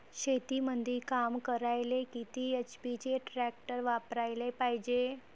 शेतीमंदी काम करायले किती एच.पी चे ट्रॅक्टर वापरायले पायजे?